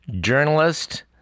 journalist